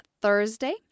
Thursday